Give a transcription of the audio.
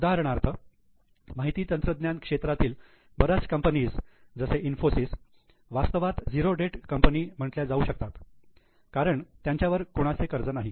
उदाहरणार्थ माहिती तंत्रज्ञान क्षेत्रातील बऱ्याच कंपनीस जसे इन्फोसिस वास्तवात झीरो डेट कंपनी म्हटल्या जातात कारण त्यांच्यावर कुणाचे कर्ज नाही